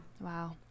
wow